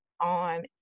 on